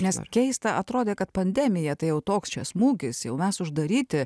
nes keista atrodė kad pandemija tai jau toks čia smūgis jau mes uždaryti